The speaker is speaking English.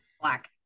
black